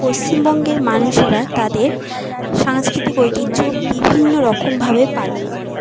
পশ্চিমবঙ্গের মানুষেরা তাদের সাংস্কৃতিক ঐতিহ্য বিভিন্নরকমভাবে পালন করে